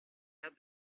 have